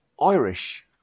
Irish